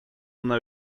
una